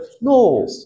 No